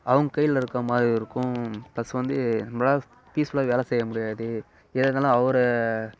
அவங்க கையில் இருக்கற மாதிரி இருக்கும் பிளஸ் வந்து நம்பளால் பீஸ்ஃபுல்லாக வேலை செய்ய முடியாது ஏதா இருந்தாலும் அவர